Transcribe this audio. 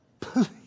please